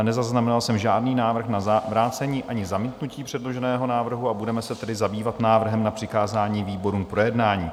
Nezaznamenal jsem žádný návrh na vrácení ani zamítnutí předloženého návrhu, budeme se tedy zabývat návrhem na přikázání výborům k projednání.